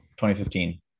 2015